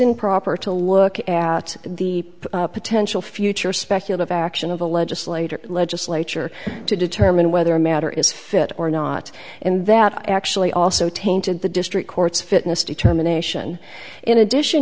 improper to look at the potential future speculum action of the legislator legislature to determine whether a matter is fit or not and that actually also tainted the district courts fitness determination in addition